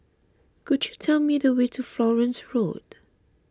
could you tell me the way to Florence Road